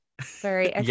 Sorry